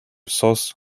sauce